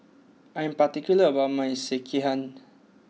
I am particular about my Sekihan